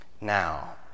Now